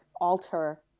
alter